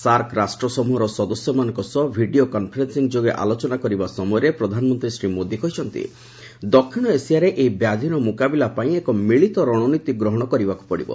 SAARC ରାଷ୍ଟ୍ରସମ୍ଭର ସଦସ୍ୟମାନଙ୍କ ସହ ଭିଡ଼ିଓ କନ୍ଫରେନ୍ସିଂ ଯୋଗେ ଆଲୋଚନା କରିବା ସମୟରେ ପ୍ରଧାନମନ୍ତ୍ରୀ ଶ୍ରୀ ମୋଦି କହିଛନ୍ତି ଦକ୍ଷିଣ ଏସିଆରେ ଏହି ବ୍ୟାଧୂର ମ୍ରକାବିଲା ପାଇଁ ଏକ ମିଳିତ ରଣନୀତି ଗ୍ରହଣ କରିବାକୁ ପଡ଼ିବ